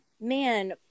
man